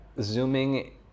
zooming